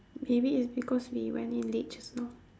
maybe it's because we went in late just now